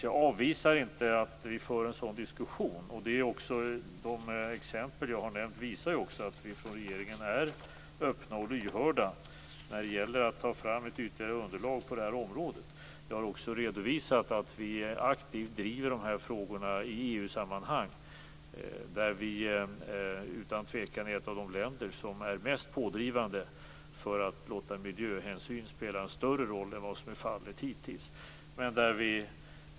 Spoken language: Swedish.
Jag avvisar inte att vi för en sådan diskussion, och de exempel jag har nämnt visar också att vi från regeringen är öppna och lyhörda när det gäller att ta fram ett ytterligare underlag på det här området. Jag har också redovisat att vi aktivt driver de här frågorna i EU-sammanhang, där vi utan tvivel är ett av de länder som är mest pådrivande för att låta miljöhänsyn spela en större roll än vad som hittills varit fallet.